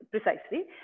Precisely